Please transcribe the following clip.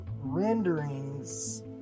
renderings